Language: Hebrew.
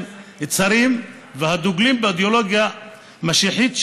צרים והדוגלים באידיאולוגיה משיחית,